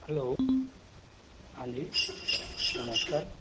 hello हाँ जी नमस्कार